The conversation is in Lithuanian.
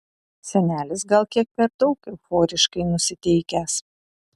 senelis gal kiek per daug euforiškai nusiteikęs